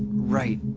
right.